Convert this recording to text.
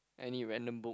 any random book